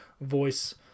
voice